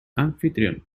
anfitrión